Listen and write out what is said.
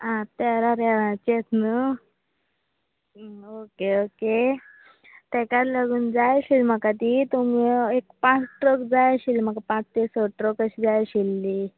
आं तेरा रेंवाचेच न्हू ओके ओके तेकाच लागून जाय आशिल्ली म्हाका ती तुमी एक पांच ट्रक जाय आशिल्ले म्हाका पांच ते स ट्रक जाय आशिल्ली